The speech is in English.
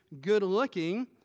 good-looking